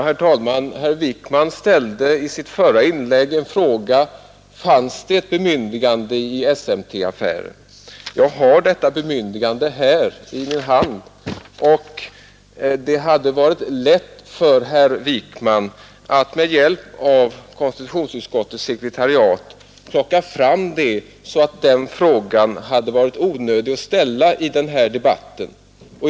Herr talman! Herr Wijkman ställde i sitt första inlägg en fråga: Fanns det ett bemyndigande i SMT-affären? Jag har detta bemyndigande här i min hand. Det hade varit lätt för herr Wijkman att med hjälp av konstitutionsutskottets sekretariat plocka fram det, så att han inte hade behövt ställa den frågan i denna debatt.